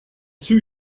two